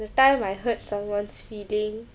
the time I hurt someone's feeling